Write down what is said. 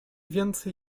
więcej